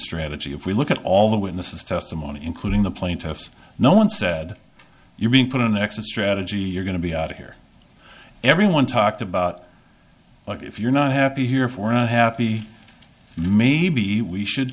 strategy if we look at all the witnesses testimony including the plaintiff's no one said you're being put an exit strategy you're going to be out here everyone talked about if you're not happy here for not happy maybe we should